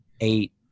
eight